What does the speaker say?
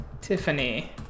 Tiffany